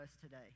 today